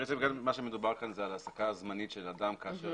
בעצם מה שמדובר כאן זה על העסקה זמנית של אדם כאשר